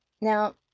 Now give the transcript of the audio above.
Now